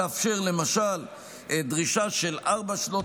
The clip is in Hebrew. החוק יאפשר למשל דרישה של ארבע שנות